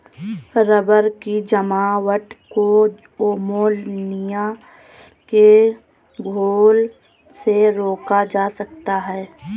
rubber की जमावट को अमोनिया के घोल से रोका जा सकता है